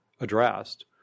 addressed